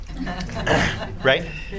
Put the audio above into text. right